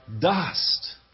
dust